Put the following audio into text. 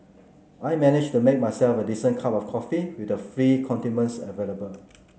I managed make myself a decent cup of coffee with the free condiments available